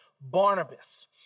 Barnabas